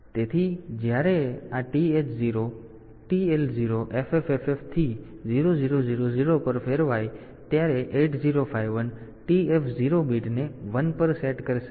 તેથી જ્યારે આ TH0 TL0 FFFF થી 0000 પર ફેરવાય ત્યારે 8051 TF0 બીટને 1 પર સેટ કરશે